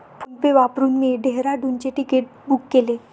PhonePe वापरून मी डेहराडूनचे तिकीट बुक केले